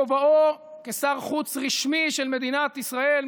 בכובעו כשר החוץ הרשמי של מדינת ישראל,